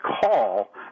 call